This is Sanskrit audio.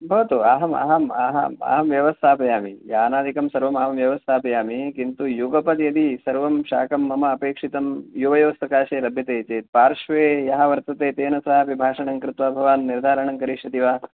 भवतु अहम् अहम् अहम् अहं व्यवस्थापयामि यानादिकं सर्वमहं व्यवस्थापयामि किन्तु युगपद् यदि सर्वं शाकं मम अपेक्षितं युवयोस्सकाशे लभ्यते चेत् पार्श्वे यः वर्तते तेन सह अपि भाषणं कृत्वा भवान् निर्धारणं करिष्यति वा